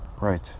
Right